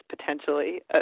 potentially